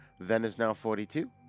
thenisnow42